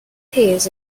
appears